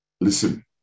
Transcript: Listen